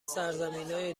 سرزمینای